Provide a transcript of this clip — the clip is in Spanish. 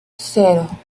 cero